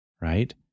right